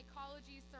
psychology